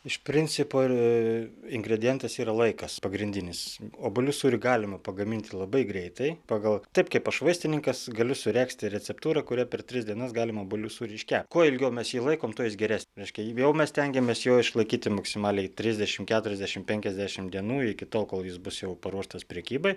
iš principo ir ingredientas yra laikas pagrindinis obuolių sūrį galima pagaminti labai greitai pagal taip kaip aš vaistininkas galiu suregzti receptūrą kurią per tris dienas galima obuolių sūrį iškept kuo ilgiau mes jį laikom tuo jis geresnis reiškia jį vėl mes stengiamės jo išlaikyti maksimaliai trisdešim keturiasdešim penkiasdešim dienų iki tol kol jis bus jau paruoštas prekybai